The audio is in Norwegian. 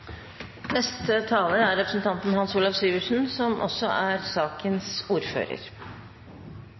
neste gang. Representanten Hans Olav Syversen